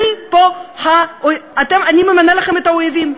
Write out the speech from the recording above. אני ממנה לכם את האויבים.